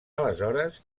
aleshores